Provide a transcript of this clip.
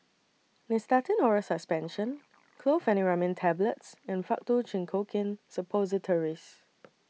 Nystatin Oral Suspension Chlorpheniramine Tablets and Faktu Cinchocaine Suppositories